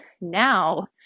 Now